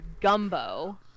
Gumbo